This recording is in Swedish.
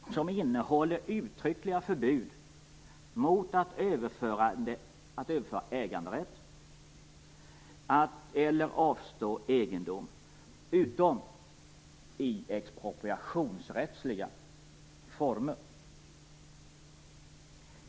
Dessa innehåller uttryckliga förbud mot att överföra äganderätt eller avstå egendom utom i expropriationsrättsliga former.